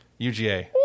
UGA